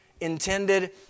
intended